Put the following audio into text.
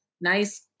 nice